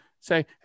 say